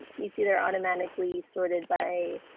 you see they're automatically sorted by